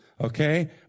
Okay